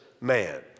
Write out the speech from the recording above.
man